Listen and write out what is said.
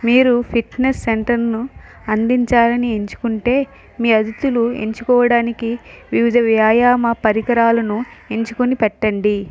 మీరు ఫిట్నెస్ సెంటర్ను అందించాలని ఎంచుకుంటే మీ అతిథులు ఎంచుకోవడానికి వివిధ వ్యాయామ పరికరాలను ఎంచుకుని పెట్టండి